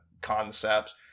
concepts